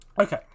Okay